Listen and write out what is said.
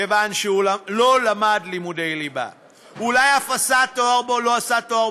כיוון שהוא למד לימודי ליבה ואולי אף עשה תואר באוניברסיטה.